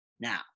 Now